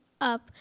up